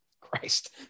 christ